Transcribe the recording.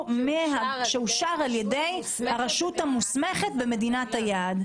מי שאושר על ידי הרשות המוסמכת במדינת היעד.